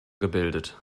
gebildet